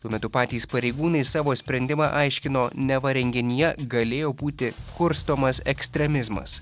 tuo metu patys pareigūnai savo sprendimą aiškino neva renginyje galėjo būti kurstomas ekstremizmas